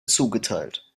zugeteilt